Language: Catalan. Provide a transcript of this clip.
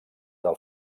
del